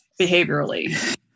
behaviorally